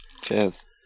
Cheers